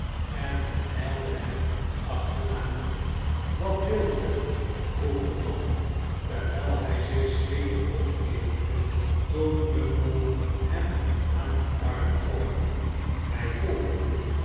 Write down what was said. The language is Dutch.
en hij ijlde hem achterna wat wilt ge vroeg de man terwijl hij zich schielijk omkeerde toen bumble hem aan den arm trok mij volgen